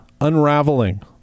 unraveling